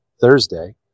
Thursday